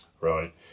Right